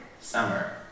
Summer